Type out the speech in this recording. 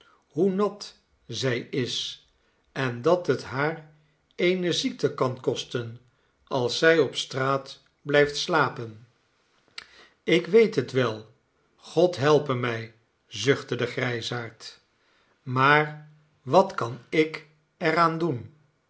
hoe nat zij is en dat het haar eene ziekte kan kosten als zij op straat blijft slapen ik weet het wel god helpe mij zuchtte de grijsaard maar wat kan ik er aan doen